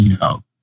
no